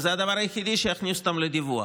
וזה הדבר היחיד שיכניס אותם לדיווח.